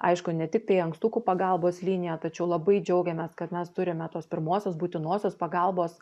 aišku ne tiktai ankstukų pagalbos liniją tačiau labai džiaugiamės kad mes turime tos pirmosios būtinosios pagalbos